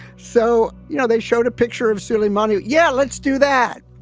so, you know, they showed a picture of soleimani yeah, let's do that.